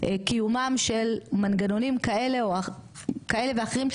קיומם של מנגנונים כאלה ואחרים,